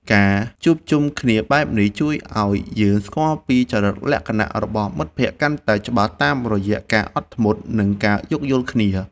ការជួបជុំគ្នាបែបនេះជួយឱ្យយើងស្គាល់ពីចរិតលក្ខណៈរបស់មិត្តភក្តិកាន់តែច្បាស់តាមរយៈការអត់ធ្មត់ និងការយោគយល់គ្នា។